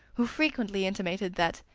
who frequently intimated that,